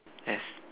yes